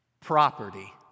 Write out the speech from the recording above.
property